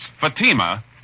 Fatima